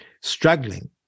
struggling